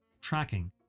Tracking